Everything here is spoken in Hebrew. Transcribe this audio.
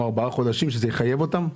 שזה יחייב אותם?